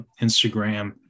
Instagram